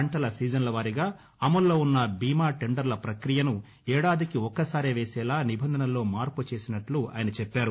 పంటల సీజన్ల వారిగా అమల్లో ఉన్న బీమా టెందర్ల ప్రక్రియను ఏడాదికి ఒక్కసారి వేసేలా నిబంధనల్లో మార్పు చేసిన్నట్లు ఆయన చెప్పారు